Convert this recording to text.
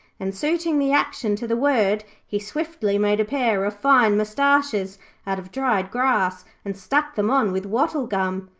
and suiting the action to the word, he swiftly made a pair of fine moustaches out of dried grass and stuck them on with wattle gum.